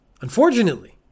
Unfortunately